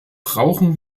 brauchen